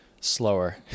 slower